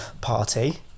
party